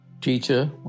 teacher